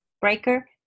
Breaker